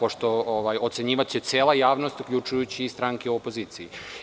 Ocenjivaće cela javnost uključujući i stranke u opoziciji.